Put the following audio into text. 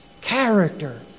character